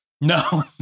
No